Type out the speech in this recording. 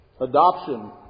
Adoption